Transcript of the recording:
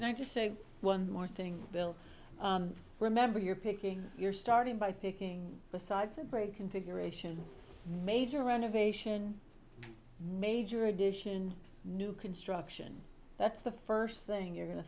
and i just say one more thing bill remember you're picking your starting by picking the sides of gray configuration major renovation major addition new construction that's the first thing you're going to